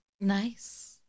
Nice